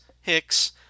Hicks